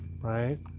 Right